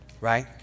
right